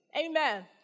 Amen